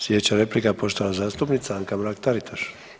Sljedeća replika poštovana zastupnica Anka Mrak Taritaš.